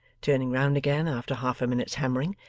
turning round again after half a minute's hammering.